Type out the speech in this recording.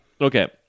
okay